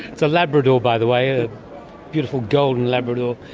it's a labrador, by the way, a beautiful golden labrador.